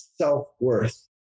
self-worth